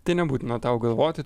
tai nebūtina tau galvoti